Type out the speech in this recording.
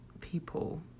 people